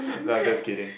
no I'm just kidding